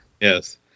Yes